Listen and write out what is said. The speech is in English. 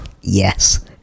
yes